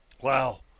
Wow